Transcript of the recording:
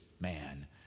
man